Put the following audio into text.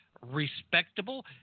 respectable